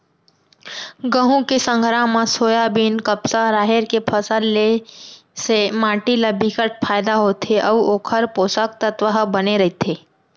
गहूँ के संघरा म सोयाबीन, कपसा, राहेर के फसल ले से माटी ल बिकट फायदा होथे अउ ओखर पोसक तत्व ह बने रहिथे